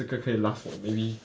这个可以 last for maybe